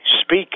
speak